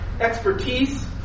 expertise